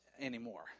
anymore